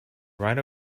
right